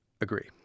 agree